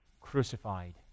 crucified